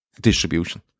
distribution